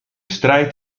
strijd